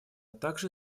также